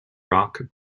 rock